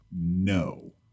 No